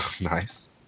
Nice